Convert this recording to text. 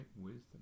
wisdom